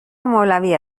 مولوی